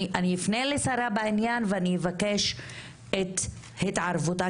אני אפנה לשרה בעניין ואני אבקש את התערבותה